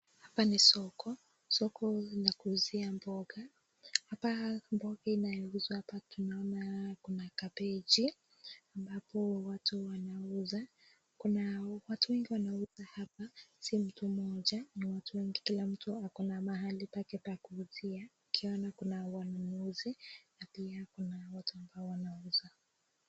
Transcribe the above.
Hapa ni soko. Soko la kuuzia mboga, hapa mboga inayouzwa hapa tunaona kuna kabeji ambapo watu wanauza, kuna watu wengi wanauza hapa si mtu moja, ni watu wengi kila mtu ako na mahali pake pa kuuzia, akiona kuna wanunuzi na pia kuna watu ambao wanauza.